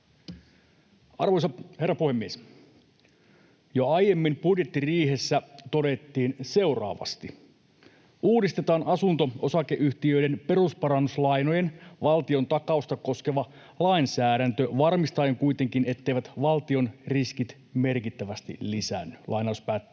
Arvoisa herra puhemies! Jo aiemmin budjettiriihessä todettiin seuraavasti: ”Uudistetaan asunto-osakeyhtiöiden perusparannuslainojen valtiontakausta koskeva lainsäädäntö varmistaen kuitenkin, etteivät valtion riskit merkittävästi lisäänny.”